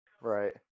right